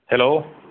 hello